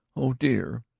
oh, dear,